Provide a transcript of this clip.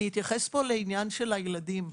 אתייחס לעניין הילדים.